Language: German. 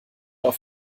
auf